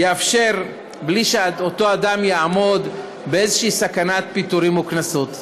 יאפשר בלי שאותו אדם יעמוד באיזו סכנת פיטורין וקנסות.